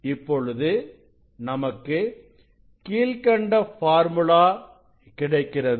இப்பொழுது நமக்கு கீழ்க்கண்ட ஃபார்முலா கிடைக்கிறது